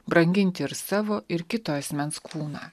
branginti ir savo ir kito asmens kūną